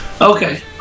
Okay